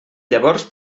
llavors